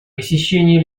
посещения